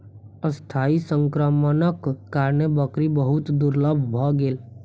अस्थायी संक्रमणक कारणेँ बकरी बहुत दुर्बल भ गेल